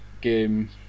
game